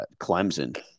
Clemson